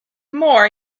more